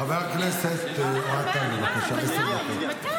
חבר הכנסת אוהד טל, בבקשה.